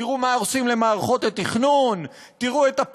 תראו מה עושים למערכות התכנון,